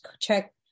check